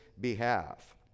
behalf